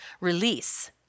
release